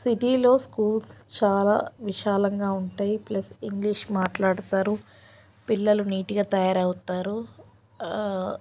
సిటీలో స్కూల్స్ చాలా విశాలంగా ఉంటాయి ప్లస్ ఇంగ్లీష్ మాట్లాడతారు పిల్లలు నీట్గా తయారవుతారు